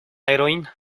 heroína